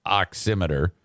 oximeter